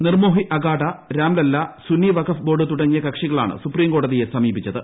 Nirmohi Akhara Ramlalla Sunni Waqf board തുടങ്ങിയ കക്ഷികളാണ് supreme കോടതിയെ സമീപിച്ചത്